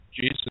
Jesus